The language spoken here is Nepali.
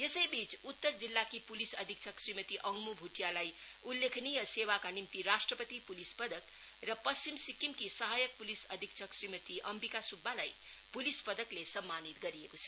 यसैबीच उत्तर जिल्लाकी पुलिस अधीक्षक श्रीमती अङ्मु भुटियालाई उल्लेखनीय सेवाका निम्ति राष्ट्रपतिले पुलिस पदक र पश्चिम सिक्किमकी सहायक पुलिस अधीक्षक श्रीमती अम्बिका सुब्बालाई पुलिस पदकले सम्मानित गरिएको छ